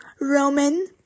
Roman